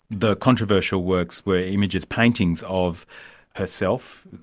the controversial works were images, paintings of herself,